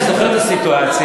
אני זוכר את הסיטואציה.